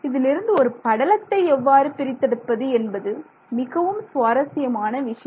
இதிலிருந்து ஒரு படலத்தை எவ்வாறு பிரித்தெடுப்பது என்பது மிகவும் சுவாரசியமான விஷயம்